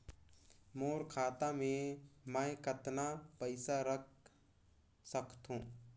मोर खाता मे मै कतना पइसा रख सख्तो?